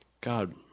God